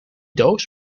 doos